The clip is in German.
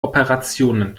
operationen